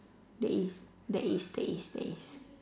there is there is there is there is